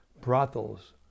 brothels